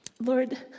Lord